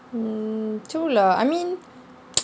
mm true lah I mean